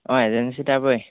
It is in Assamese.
অঁ এজেঞ্চি টাইপে